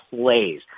plays